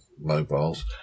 mobiles